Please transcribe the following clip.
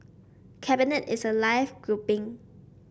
cabinet is a live grouping